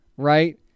right